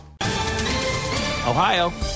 Ohio